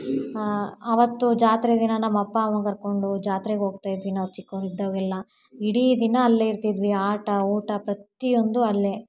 ಅವತ್ತು ಜಾತ್ರೆ ದಿನ ನಮ್ಮ ಅಪ್ಪ ಅವ್ವನ್ನು ಕರ್ಕೊಂಡು ಜಾತ್ರೆಗೆ ಹೋಗ್ತಾ ಇದ್ವಿ ನಾವು ಚಿಕ್ಕವರಿದ್ದಾಗೆಲ್ಲ ಇಡೀ ದಿನ ಅಲ್ಲೇ ಇರ್ತಿದ್ವಿ ಆಟ ಊಟ ಪ್ರತಿಯೊಂದೂ ಅಲ್ಲೇ